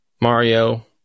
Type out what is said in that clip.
Mario